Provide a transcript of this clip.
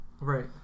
right